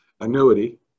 annuity